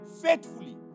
faithfully